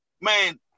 man